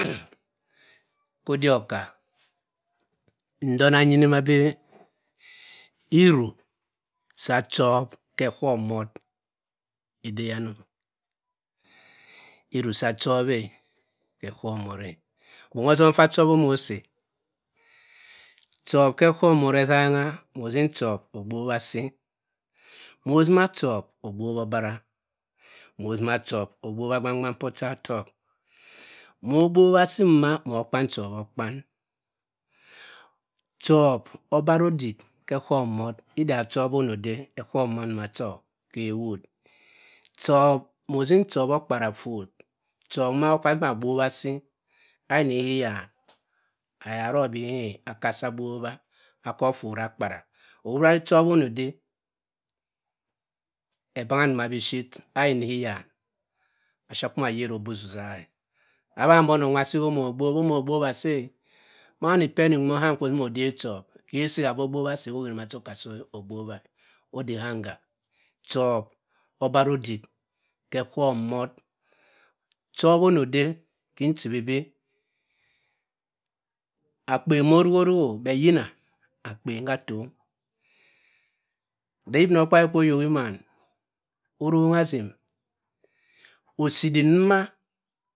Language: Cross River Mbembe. khodikoka. ndoma iyini mabii iruu sa chop khe eghom mort edeyan o? Iruu sa chop eh ghe ejom morr e. Bosom fah chop omo sii o? Ehop kosom esengha. Mosim chop ogbabha si, mosima chop ogbobha obara. mosima chop agbobha agbang gbang. poh ochatok. mogbobha assi mboma mo kpan chop okpan chop obara odik kheghom mort. ida chop onodeh eghom mort ndo cho hewurr. chop mosim chop okpara fot, ayina ma hyan ayok arobii aka assi agbobha. aka fort akpara. Ohuri sa nchop onode. ebungha ndo maship ayini hyan asha pum ayero osisa e. Abhang beh onong nwa asii onoh gbobha omo gbobha si e. simo madi ani penny nwo aham kwo sii deb chop. Hessi ramba ogbogha sii oherr be oko assi gbobha e. odehang haa. chop abaro odik ghe eghom mort. Chop onode, kin chibi bii. Akpen moruk oruk o bet yina akpen hatong. Bet ibinokpabi kwo-yokhi mina oranghaasim. Osidok ndoma.